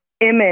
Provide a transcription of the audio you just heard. image